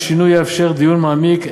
השינוי יאפשר דיון מעמיק,